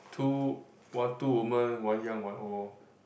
two one two woman one young one old